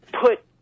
put